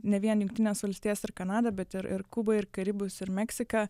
ne vien jungtines valstijas ir kanadą bet ir ir kubą ir karibus ir meksiką